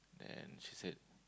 then she said